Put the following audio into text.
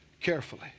Carefully